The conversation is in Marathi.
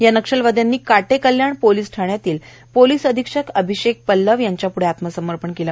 या नक्षलवाद्यांनी काटेकल्याण पोलीस ठाण्यातील पोलीस अधिक्षक अभिषेक पत्लव यांच्यापुढं आत्मसमर्पण केलं